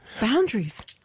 Boundaries